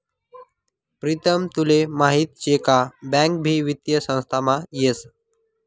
प्रीतम तुले माहीत शे का बँक भी वित्तीय संस्थामा येस